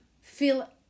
feel